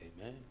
Amen